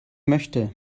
möchte